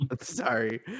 sorry